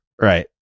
Right